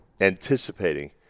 anticipating